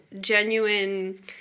genuine